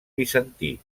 bizantí